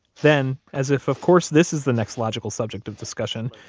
then, as if, of course, this is the next logical subject of discussion,